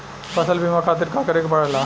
फसल बीमा खातिर का करे के पड़ेला?